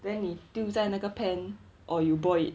then 你丢在那个 pan or you boil it